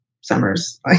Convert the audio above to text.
summers